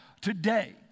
today